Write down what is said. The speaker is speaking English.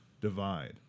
divide